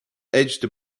edged